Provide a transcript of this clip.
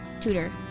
tutor